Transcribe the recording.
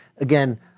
again